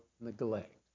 neglect